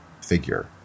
figure